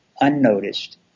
unnoticed